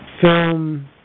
film